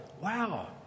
Wow